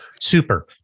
Super